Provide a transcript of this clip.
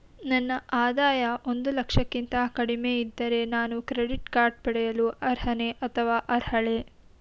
ನನ್ನ ಆದಾಯ ಒಂದು ಲಕ್ಷಕ್ಕಿಂತ ಕಡಿಮೆ ಇದ್ದರೆ ನಾನು ಕ್ರೆಡಿಟ್ ಕಾರ್ಡ್ ಪಡೆಯಲು ಅರ್ಹನೇ ಅಥವಾ ಅರ್ಹಳೆ?